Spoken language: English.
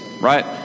right